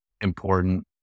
important